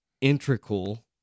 integral